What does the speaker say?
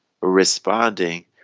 responding